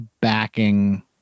backing